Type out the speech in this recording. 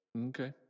Okay